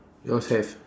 yours have